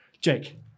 Jake